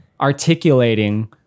articulating